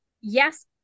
yes